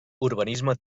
urbanisme